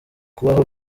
kubaho